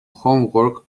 homework